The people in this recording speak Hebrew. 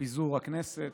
פיזור הכנסת,